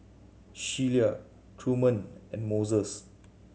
Sheila Truman and Moses